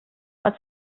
als